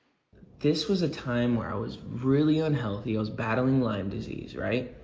this was a time where i was really unhealthy. i was battling lyme disease, right?